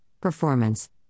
performance